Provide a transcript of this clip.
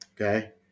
Okay